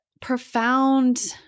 profound